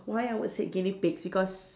why I would say guinea pigs because